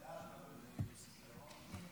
חוק הסדרת העיסוק במקצועות הבריאות (תיקון מס'